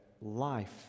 life